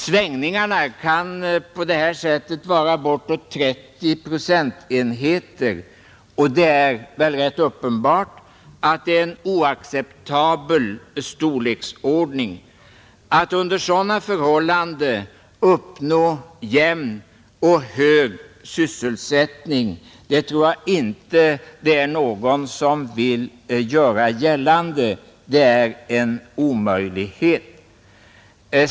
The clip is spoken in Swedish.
Svängningarna kan på det här sättet vara bortåt 30 procentenheter, och det är väl rätt uppenbart att det är en oacceptabel storleksordning. Att man under sådana förhållanden kan uppnå jämn och hög sysselsättning tror jag inte det är någon som vill göra gällande — det är en omöjlighet.